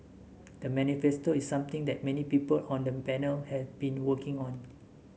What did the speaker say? the manifesto is something that many people on the panel had been working on